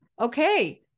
okay